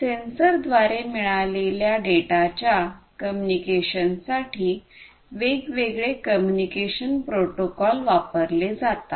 censor द्वारे मिळालेल्या डेटाच्या कम्युनिकेशनसाठी वेगवेगळे कम्युनिकेशन प्रोटोकॉल वापरले जातात